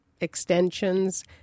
extensions